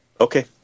Okay